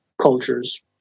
cultures